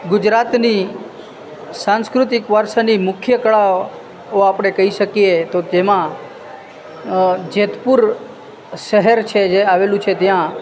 ગુજરાતની સાંસ્કૃતિક વારસાની મુખ્ય કળાઓ આપણે કહી શકીએ તો તેમાં જેતપુર શહેર છે જે આવેલું છે જ્યાં